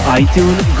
iTunes